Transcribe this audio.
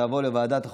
ותעבור לוועדת החוקה,